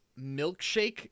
milkshake